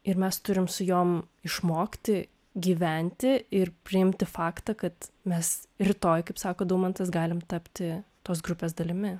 ir mes turim su jom išmokti gyventi ir priimti faktą kad mes rytoj kaip sako daumantas galim tapti tos grupės dalimi